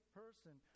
person